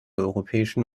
europäischen